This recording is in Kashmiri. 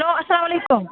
ہیٚلو اَسَلام علیکُم